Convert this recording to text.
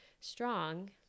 strong